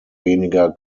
weniger